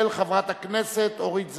של חברת הכנסת אורית זוארץ.